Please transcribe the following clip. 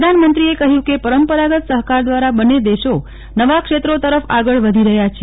પ્રધાનમંત્રીએ કહ્યુ કે પરંપરાગત સહકાર દ્રારા બંન્ને દેશો નવા ક્ષેત્રો તરફ આગળ વધી રહ્યા છે